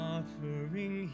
Offering